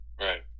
Right